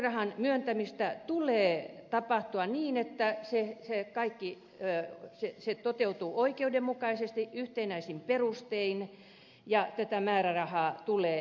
starttirahan myöntämisen tulee tapahtua niin että siihen se kaikki jää siihen se toteutuu oikeudenmukaisesti yhtenäisin perustein ja tätä määrärahaa tulee lisätä